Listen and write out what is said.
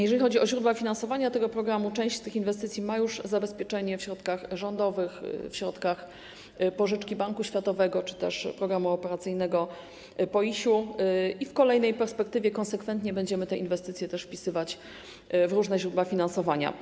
Jeżeli chodzi o źródła finansowania tego programu, część z tych inwestycji ma już zabezpieczenie w środkach rządowych, w środkach pożyczki Banku Światowego czy też programu operacyjnego PO IiŚ i w kolejnej perspektywie konsekwentnie będziemy te inwestycje też wpisywać w różne źródła finansowania.